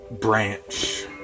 branch